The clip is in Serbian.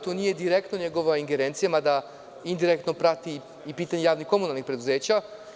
To nije direktno njegova ingerencija, mada indirektno prati i pitanje javnih komunalnih preduzeća.